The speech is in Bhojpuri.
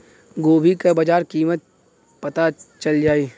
गोभी का बाजार कीमत पता चल जाई?